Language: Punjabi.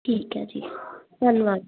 ਠੀਕ ਹੈ ਜੀ ਧੰਨਵਾਦ ਜੀ